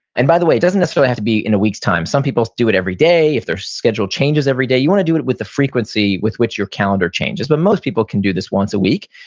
and by the way, it doesn't necessarily have to be in a week's time. some people do it every day, if their schedule changes every day. you want to do it with the frequency with which your calendar changes, but most people can do this once a week.